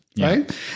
Right